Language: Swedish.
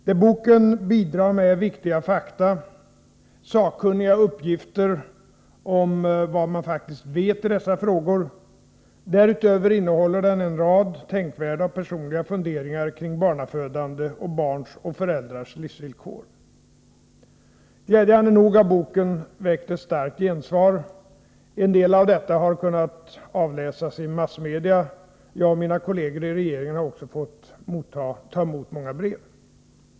Det boken bidrar med är viktiga fakta, sakkunniga uppgifter om vad man faktiskt ver i dessa frågor. Därutöver innehåller den en rad tänkvärda och personliga funderingar kring barnafödande och barns och föräldrars livsvillkor. Glädjande nog har boken väckt ett starkt gensvar. En del av detta har kunnat avläsas i massmedia. Jag och mina kolleger i regeringen har också fått ta emot många brev.